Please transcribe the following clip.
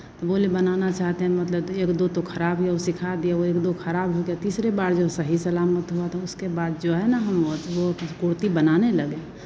तो बोले बनाना चाहते हैं मतलब तो एक दो तो खराब या वो सिखा दिया वो एक दो ख़राब हो गया तीसरी बार जो सही सलामत हुआ तो उसके बाद जो है ना हम ओथ वो चीज़ कुर्ती बनाने लगे